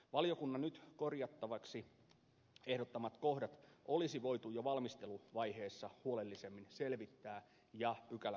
valiokunnan nyt korjattavaksi ehdottamat kohdat olisi voitu jo valmisteluvaiheessa huolellisemmin selvittää ja pykälämuotoon kirjoittaa